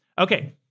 Okay